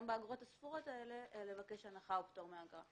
באגרות הספורות האלה לבקש הנחה או פטור מאגרה.